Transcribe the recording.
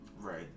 Right